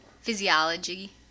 physiology